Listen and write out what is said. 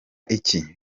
iki